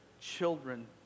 children